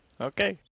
okay